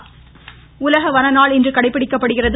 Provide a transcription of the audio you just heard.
வனடஙாள் உலக வன நாள் இன்று கடைபிடிக்கப்படுகிறது